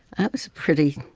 i was pretty.